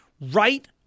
right